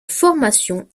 formation